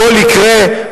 הכול יקרה,